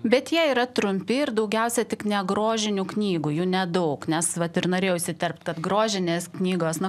bet jie yra trumpi ir daugiausia tik negrožinių knygų jų nedaug nes vat ir norėjau įsiterpt kad grožinės knygos na